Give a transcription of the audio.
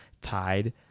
tied